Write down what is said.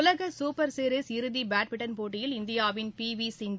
உலக super series இறுதி badminton போட்டியில் இந்தியாவின் பி வி சிந்து